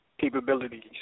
capabilities